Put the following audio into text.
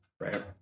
Right